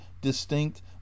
distinct